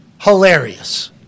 hilarious